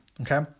okay